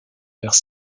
vers